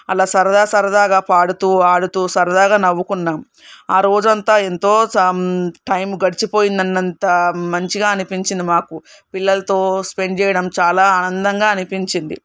అలా సరదా సరదాగా పాడుతూ ఆడుతూ సరదాగా నవ్వుకున్నాం ఆ రోజంతా ఎంతో టైం గడిచిపోయింది అన్నంత మంచిగా అనిపించింది మాకు పిల్లలతో స్పెండ్ చేయడం చాలా ఆనందంగా అనిపించింది